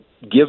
give